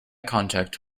contact